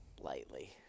lightly